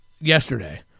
yesterday